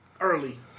Early